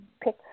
pick